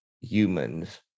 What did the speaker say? humans